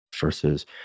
versus